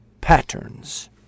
patterns